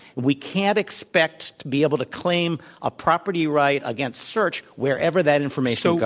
we can't expect to be able to claim a property right against search, wherev er that information was.